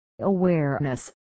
Awareness